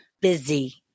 busy